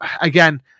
again